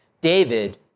David